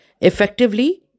effectively